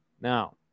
Now